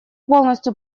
полностью